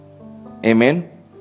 Amen